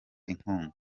inkunga